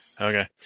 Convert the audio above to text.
Okay